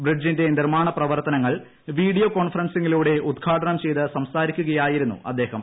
ബ്രിഡ്ജിന്റെ നിർമാണ പ്രവർത്തനങ്ങൾ വീഡിയോ കോൺഫറൻസിങ്ങിലൂടെ ഉദ്ഘാടനം ചെയ്ത് സംസാരിക്കുകയായിരുന്നു അദ്ദേഹം